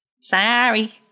Sorry